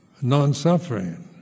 non-suffering